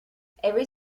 every